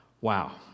Wow